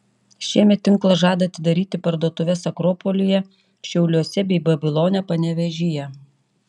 šiemet tinklas žada atidaryti parduotuves akropolyje šiauliuose bei babilone panevėžyje